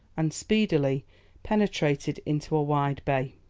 and speedily penetrated into a wide bay,